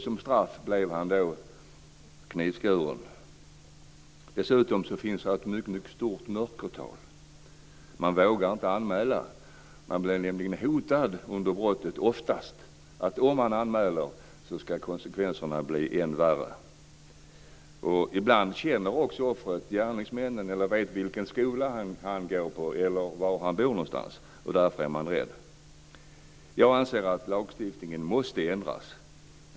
Som straff blev 8-åringen knivskuren. Dessutom finns det ett mycket stort mörkertal i dessa sammanhang. Man vågar inte anmäla brotten, eftersom man under dessa oftast blir hotad med att om de anmäls blir konsekvenserna än värre. Ibland känner gärningsmannen offret och vet vilken skola offret går i eller var offret bor, och det skapar rädsla. Jag anser att lagstiftningen måste ändras.